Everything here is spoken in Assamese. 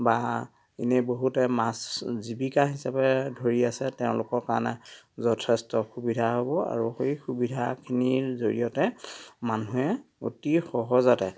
বা ইনেই বহুতে মাছ জীৱিকা হিচাপে ধৰি আছে তেওঁলোকৰ কাৰণে যথেষ্ট সুবিধা হ'ব আৰু সেই সুবিধাখিনিৰ জৰিয়তে মানুহে অতি সহজতে